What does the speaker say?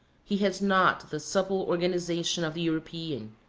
he has not the supple organization of the european,